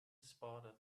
spotted